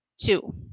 two